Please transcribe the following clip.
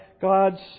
God's